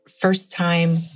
first-time